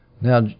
Now